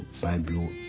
bible